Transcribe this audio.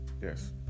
Yes